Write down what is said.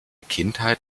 kindheit